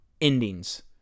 endings